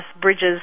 bridges